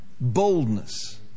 Boldness